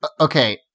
Okay